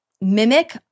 mimic